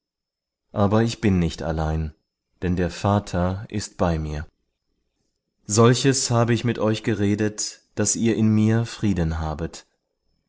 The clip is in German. aber ich bin nicht allein denn der vater ist bei mir solches habe ich mit euch geredet daß ihr in mir frieden habet